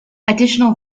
additional